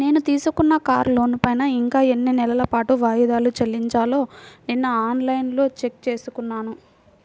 నేను తీసుకున్న కారు లోనుపైన ఇంకా ఎన్ని నెలల పాటు వాయిదాలు చెల్లించాలో నిన్నఆన్ లైన్లో చెక్ చేసుకున్నాను